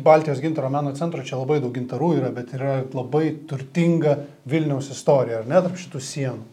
baltijos gintaro meno centro čia labai daug gintarų yra bet yra labai turtinga vilniaus istorija ar ne tarp šitų sienų